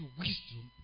wisdom